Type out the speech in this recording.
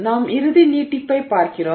நாம் இறுதி நீட்டிப்பைப் பார்க்கிறோம்